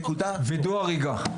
וידאו הריגה.